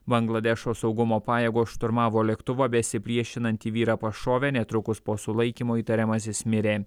bangladešo saugumo pajėgos šturmavo lėktuvą besipriešinantį vyrą pašovė netrukus po sulaikymo įtariamasis mirė